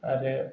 आरो